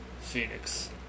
Phoenix